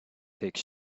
take